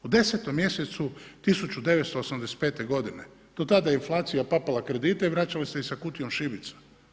U 10. mjesecu 1985. godine, do tada je inflacija papala kredite i vraćale su ih sa kutijom šibica.